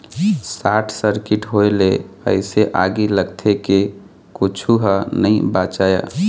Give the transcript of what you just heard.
short circuit होए ले अइसे आगी लगथे के कुछू ह नइ बाचय